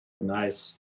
nice